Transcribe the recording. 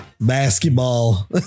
basketball